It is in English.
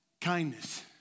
Kindness